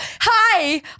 Hi